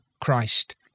Christ